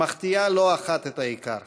מחטיאה לא אחת את העיקר.